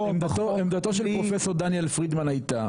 עמדתו של פרופ' דניאל פרידמן הייתה,